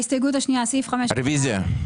הסתייגות 2. סעיף 5(4)(ב).